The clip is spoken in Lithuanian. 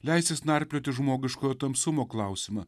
leisis narplioti žmogiškojo tamsumo klausimą